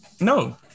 No